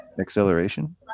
acceleration